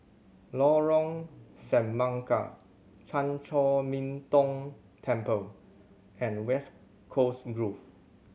Lorong Semangka Chan Chor Min Tong Temple and West Coast Grove